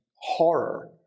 horror